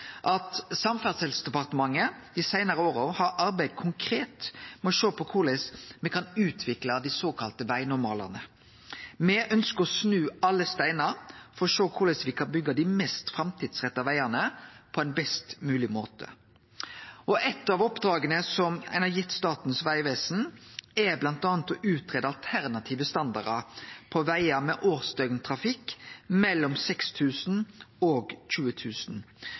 at Samferdselsdepartementet dei seinare åra har arbeidd konkret med å sjå på korleis me kan utvikle dei såkalla vegnormalane. Me ønskjer å snu alle steinar for å sjå korleis me kan byggje dei mest framtidsretta vegane på ein best mogleg måte. Eit av oppdraga som er gitt Statens vegvesen, er å greie ut alternative standardar på vegar med årsdøgntrafikk mellom